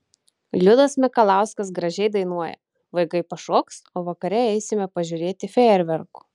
liudas mikalauskas gražiai dainuoja vaikai pašoks o vakare eisime pažiūrėti fejerverkų